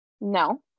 No